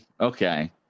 Okay